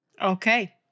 Okay